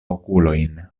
okulojn